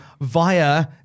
via